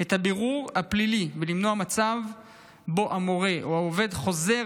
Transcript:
את הבירור הפלילי ולמנוע מצב שבו המורה או העובד חוזר